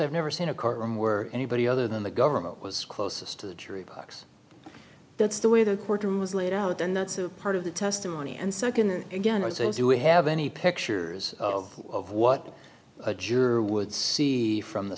i've never seen a courtroom where anybody other than the government was closest to the jury box that's the way the courtroom is laid out then that's a part of the testimony and second again as if you have any pictures of what a juror would see from the